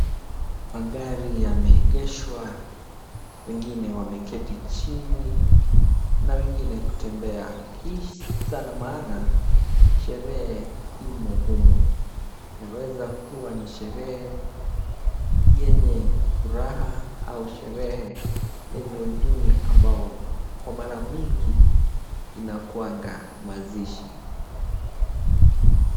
Magari yameegeshwa, wengine wameketi chini na wengine kutembea kisa na maana sherehe imo humo, inaweza kuwa ni sherehe yenye furaha, au sherehe yenye huzuni ambao kwa mara mingi inakuanga mazishi.